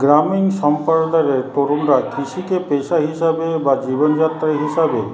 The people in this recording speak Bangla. গ্রামীণ সম্প্রদায়ের তরুণরা কৃষিকে পেশা হিসাবে বা জীবনযাত্রা হিসাবে